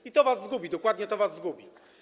I to was zgubi, dokładnie to was zgubi.